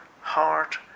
heart